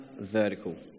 vertical